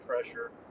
pressure